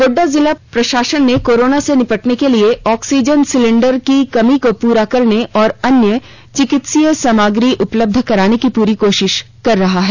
गोड्डा जिला प्रशासन कोरोना से निपटने के लिए ऑक्सीजन सिलेंडर की कमी को पूरा करने और अन्य चिकित्सकीय सामग्री उपलब्ध कराने की पूरी कोशिश कर रहा है